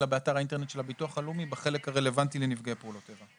אלא באתר האינטרנט של הביטוח הלאומי בחלק הרלוונטי לנפגעי פעולות איבה.